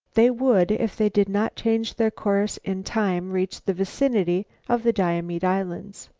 they would, if they did not change their course, in time reach the vicinity of the diomede islands.